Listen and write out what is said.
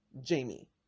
jamie